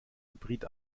hybrid